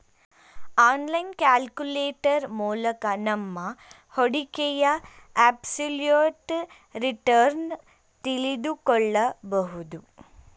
online calculator ಮೂಲಕ ನಮ್ಮ ಹೂಡಿಕೆಯ ಅಬ್ಸಲ್ಯೂಟ್ ರಿಟರ್ನ್ ತಿಳಿದುಕೊಳ್ಳಬಹುದು